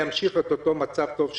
להמשיך את המצב הטוב שהצגת.